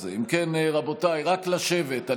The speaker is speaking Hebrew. רק לשבת.